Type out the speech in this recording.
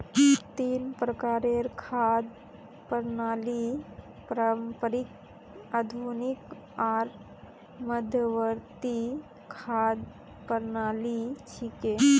तीन प्रकारेर खाद्य प्रणालि पारंपरिक, आधुनिक आर मध्यवर्ती खाद्य प्रणालि छिके